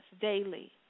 daily